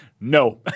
No